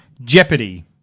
Jeopardy